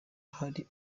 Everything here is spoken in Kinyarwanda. hari